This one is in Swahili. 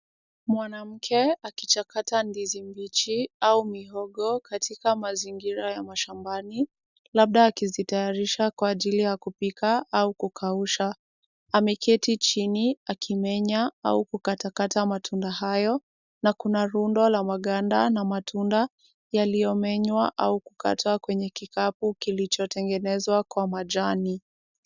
Mwanamke akichakata ndizi mbichi au mihogo katika mazingira ya mashambani, labda akizitayarisha kwaajili ya kupika au kukausha. Ameketi chini akimenya au kukatakata matunda hayo, na kuna rundo la maganda na matunda yaliyomenywa au kukatwa kwenye kikapu kilichotengenezwa kwa majani.